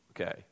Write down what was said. Okay